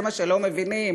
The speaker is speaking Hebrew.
זה מה שלא מבינים.